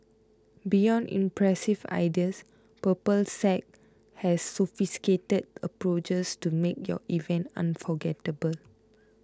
beyond impressive ideas Purple Sage has sophisticated approaches to make your events unforgettable